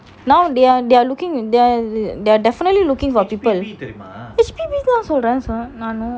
now they're they're looking in they're they're definitely looking for people H_P_B தான் சொல்றன் நானும்:thaan solran naanum